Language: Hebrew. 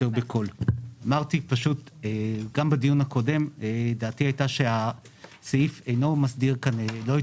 גם בדיון הקודם דעתי הייתה שהסעיף אינו מסדיר לא את